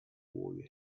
boy